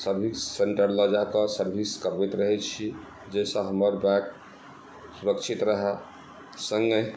service centre लऽ जाकऽ service करबैत रहै छी जइसँ हमर बाइक सुरक्षित रहै